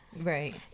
right